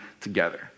together